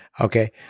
Okay